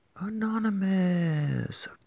Anonymous